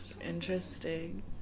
Interesting